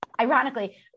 ironically